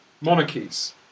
monarchies